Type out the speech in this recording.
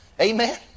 Amen